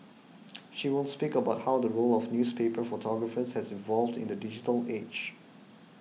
she will speak about how the role of newspaper photographers has evolved in the digital age